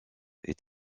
est